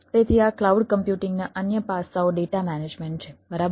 તેથી આ ક્લાઉડ કમ્પ્યુટિંગના અન્ય પાસાઓ ડેટા મેનેજમેન્ટ છે બરાબર